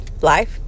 life